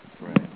Right